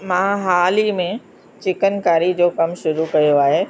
मां हाल ई में चिकनकारी जो कम शुरू कयो आहे